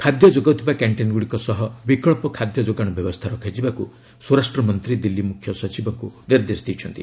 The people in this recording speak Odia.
ଖାଦ୍ୟ ଯୋଗାଉଥିବା କ୍ୟାଷ୍ଟିନ୍ଗୁଡ଼ିକ ସହ ବିକଳ୍ପ ଖାଦ୍ୟ ଯୋଗାଣ ବ୍ୟବସ୍ଥା ରଖାଯିବାକୁ ସ୍ୱରାଷ୍ଟ୍ରମନ୍ତ୍ରୀ ଦିଲ୍ଲୀ ମୁଖ୍ୟ ସଚିବଙ୍କୁ ନିର୍ଦ୍ଦେଶ ଦେଇଛନ୍ତି